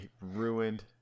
ruined